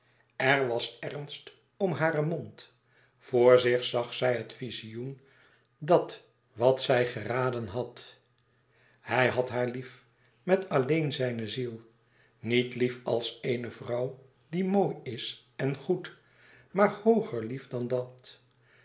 er was ernst om haren mond vr zich zag zij het vizioen dat wat zij geraden had hij had haar lief met alleen zijne ziel niet lief als eene vrouw die mooi is en goed maar hooger lief dan dat